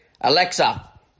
Alexa